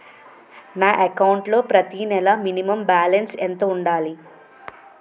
నా అకౌంట్ లో ప్రతి నెల మినిమం బాలన్స్ ఎంత ఉండాలి?